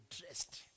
dressed